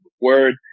Word